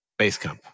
Basecamp